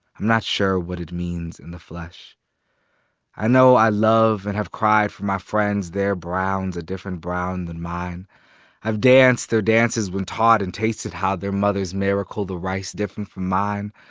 i'm not sure what it means in the flesh i know i love and have cried from my friends their browns a different brown than mine i've danced their dances when taught and tasted how their mothers miracle the rice different from mine.